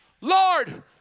Lord